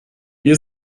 hier